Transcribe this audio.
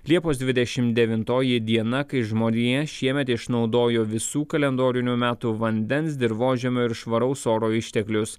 liepos dvidešim devintoji diena kai žmonija šiemet išnaudojo visų kalendorinių metų vandens dirvožemio ir švaraus oro išteklius